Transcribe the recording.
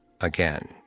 again